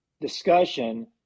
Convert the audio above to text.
discussion